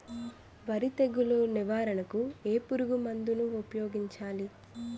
వరి తెగుల నివారణకు ఏ పురుగు మందు ను ఊపాయోగించలి?